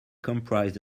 comprised